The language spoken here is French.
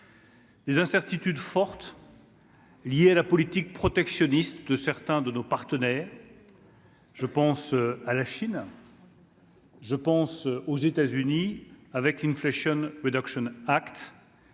Les incertitudes fortes. Lié à la politique protectionniste de certains de nos partenaires, je pense à la Chine. Je pense aux États-Unis avec l'inflation acte.